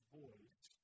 voice